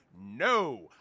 No